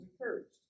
encouraged